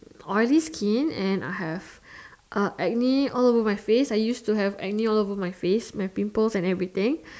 oily skin and I have uh acne all over my face I used to have acne all over my face my pimples and everything